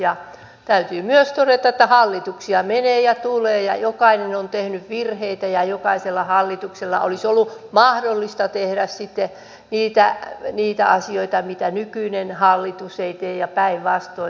ja täytyy myös todeta että hallituksia menee ja tulee ja jokainen on tehnyt virheitä ja jokaisella hallituksella olisi ollut mahdollisuus tehdä sitten niitä asioita mitä nykyinen hallitus ei tee ja päinvastoin